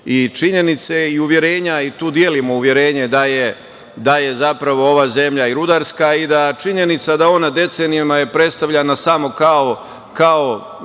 i činjenice i uverenja i tu delimo uverenje da je zapravo ova zemlja i rudarska i da činjenica da je ona decenijama predstavljana samo kao